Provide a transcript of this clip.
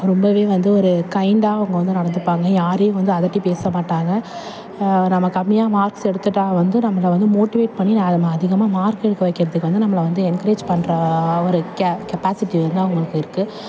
ரொம்பவே வந்து ஒரு கைண்டாக அவங்க வந்து நடந்துப்பாங்க யாரையும் வந்து அதட்டி பேச மாட்டாங்க நம்ம கம்மியாக மார்க்ஸ் எடுத்துவிட்டா வந்து நம்மளை வந்து மோட்டிவேட் பண்ணி அதை அதிகமாக மார்க் எடுக்க வைக்கிறதுக்கு வந்து நம்மளை வந்து என்க்ரேஜ் பண்ணுற ஒரு கெ கெப்பாசிட்டி வந்து அவங்களுக்கு இருக்கு